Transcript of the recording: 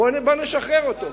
בוא נשחרר אותו,